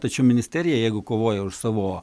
tačiau ministerija jeigu kovoja už savo